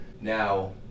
Now